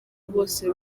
bose